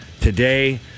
today